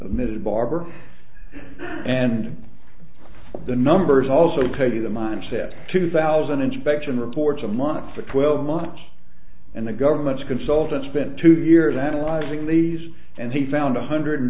ms barber and the numbers also tell you the mind set two thousand inspection reports a month for twelve months and the government's consultant spent two years analyzing these and he found one hundred